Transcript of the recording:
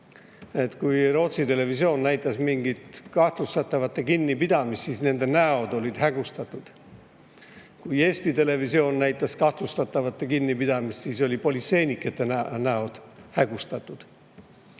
kui Rootsi televisioon näitas mingit kahtlustatavate kinnipidamist, siis nende näod olid hägustatud, aga kui Eesti televisioon näitas kahtlustatavate kinnipidamist, siis olid politseinike näod hägustatud.